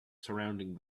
surrounding